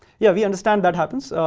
yeah. we understand that happens.